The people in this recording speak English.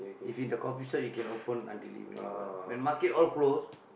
if in a coffee shop you can open until evening all ah when market all close